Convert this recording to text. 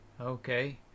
Okay